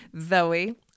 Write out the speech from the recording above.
Zoe